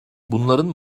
bunların